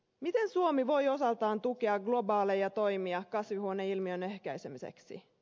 miten suomi voi osaltaan tukea globaaleja toimia kasvihuoneilmiön ehkäisemiseksi